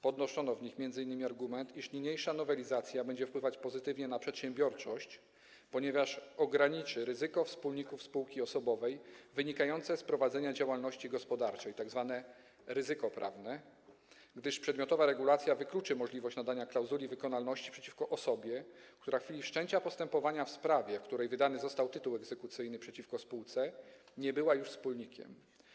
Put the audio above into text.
Podnoszono w nich m.in. argument, iż niniejsza nowelizacja będzie wpływać pozytywnie na przedsiębiorczość, ponieważ ograniczy ryzyko wspólników spółki osobowej wynikające z prowadzenia działalności gospodarczej, tzw. ryzyko prawne, gdyż przedmiotowa regulacja wykluczy możliwość nadania klauzuli wykonalności przeciwko osobie, która w chwili wszczęcia postępowania w sprawie, w której wydany został tytuł egzekucyjny przeciwko spółce, nie była już wspólnikiem.